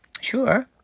Sure